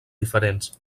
diferents